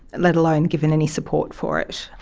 let alone given any support for it.